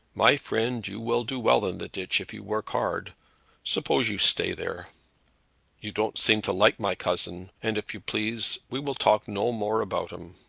my friend, you will do well in de ditch if you work hard suppose you stay there you don't seem to like my cousin, and if you please, we will talk no more about him.